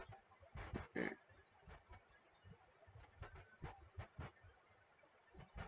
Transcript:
mm